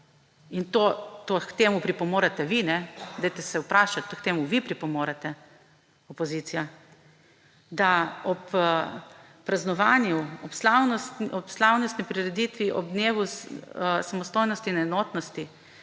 – in k temu pripomorete vi, dajte se vprašati, k temu vi pripomorete, opozicija –, da ob praznovanju, ob slavnostni prireditvi ob dnevu samostojnosti in enotnosti